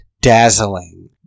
dazzling